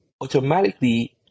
automatically